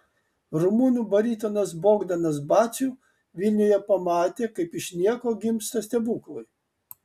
rumunų baritonas bogdanas baciu vilniuje pamatė kaip iš nieko gimsta stebuklai